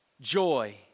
joy